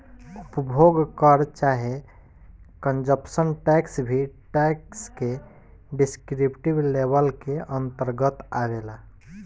उपभोग कर चाहे कंजप्शन टैक्स भी टैक्स के डिस्क्रिप्टिव लेबल के अंतरगत आवेला